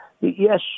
yes